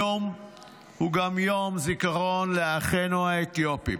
היום הוא גם יום זיכרון לאחינו האתיופים,